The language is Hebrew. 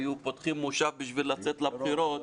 היו פותחים מושב בשביל לצאת לבחירות,